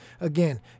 Again